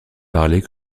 parlée